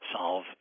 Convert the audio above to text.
solve